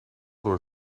door